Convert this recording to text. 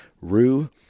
Rue